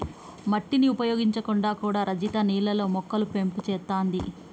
మట్టిని ఉపయోగించకుండా కూడా రజిత నీళ్లల్లో మొక్కలు పెంపు చేత్తాంది